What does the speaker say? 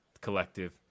collective